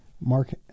Mark